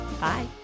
Bye